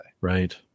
right